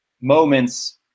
moments